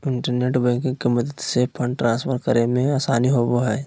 internet banking के मदद से फंड ट्रांसफर करे मे आसानी होवो हय